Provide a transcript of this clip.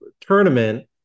tournament